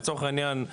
לצורך העניין,